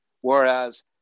Whereas